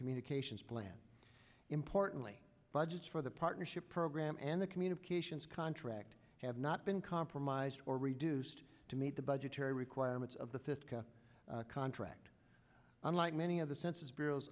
communications importantly budgets for the partnership program and the communications contract have not been compromised or reduced to meet the budgetary requirements of the fifth contract unlike many of the census bureau